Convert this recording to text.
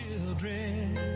children